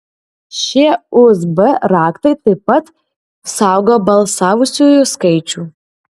šie usb raktai taip pat saugo balsavusiųjų skaičių